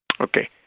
Okay